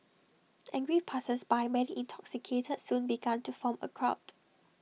angry passersby many intoxicated soon become to form A crowd